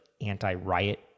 anti-riot